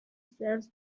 serves